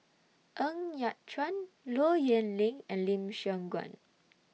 Ng Yat Chuan Low Yen Ling and Lim Siong Guan